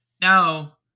Now